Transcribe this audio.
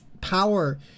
power